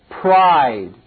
pride